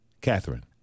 Catherine